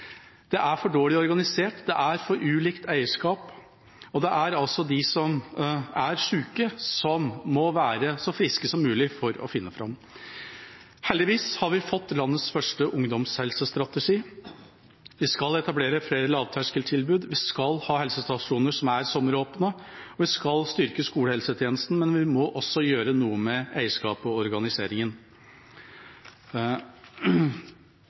Det er for dårlig organisert, det er for ulikt eierskap, og de som er syke, må være så friske som mulig for å finne fram. Heldigvis har vi fått landets første ungdomshelsestrategi. Vi skal etablere flere lavterskeltilbud. Vi skal ha helsestasjoner som er sommeråpne, og vi skal styrke skolehelsetjenesten, men vi må også gjøre noe med eierskapet og organiseringen.